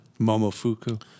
Momofuku